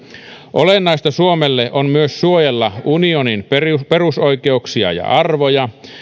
olennaista suomelle on myös suojella unionin perusoikeuksia ja arvoja